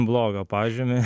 blogą pažymį